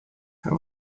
how